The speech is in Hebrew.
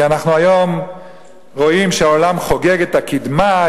כי אנחנו היום רואים שהעולם חוגג את הקידמה,